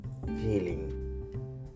feeling